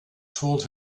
told